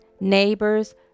neighbors